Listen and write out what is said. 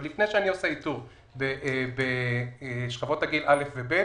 עוד לפני שאני עושה איתור בשכבות הגיל א' ו-ב',